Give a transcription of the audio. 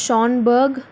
Shanbhag